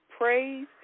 praise